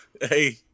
Hey